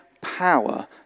power